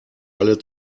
alle